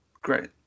great